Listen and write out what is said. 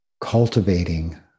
cultivating